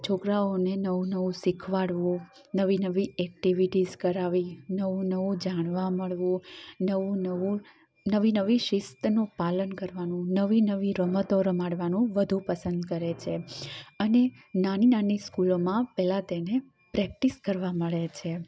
છોકરાઓને નવું નવું શીખવાડવું નવી નવી એક્ટિવિટીસ કરાવી નવું નવું જાણવા મળવું નવું નવું નવી નવી શિસ્તનું પાલન કરવાનું નવી નવી રમતો રમાડવાનું વધુ પસંદ કરે છે અને નાની નાની સ્કૂલોમાં પહેલા તેને પ્રેક્ટિસ કરવા મળે છે